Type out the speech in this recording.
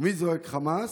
ומי זועק חמס?